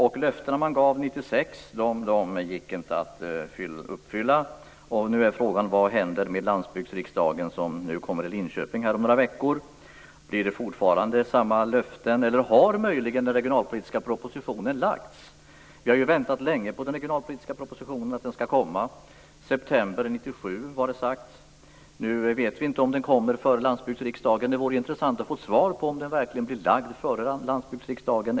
De löften man gav 1996 har man inte kunnat uppfylla, och frågan är nu vad händer på den landsbygdsriksdag som skall genomföras i Linköping om några veckor. Blir det fortfarande fråga om samma löften, eller är möjligen den regionalpolitiska propositionen nu framlagd? Vi har väntat länge på att den regionalpolitiska propositionen skall komma. Det var sagt att den skulle komma i september 1997. Nu vet vi inte om den kommer före Landsbygdsriksdagen. Det vore intressant att få ett svar på om den kommer att läggas fram före landsbygdsriksdagen.